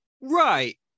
Right